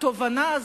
התובנה הזאת,